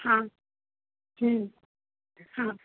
हां हां